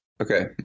Okay